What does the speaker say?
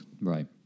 Right